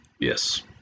Yes